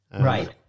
Right